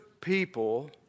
people